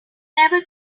never